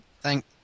thank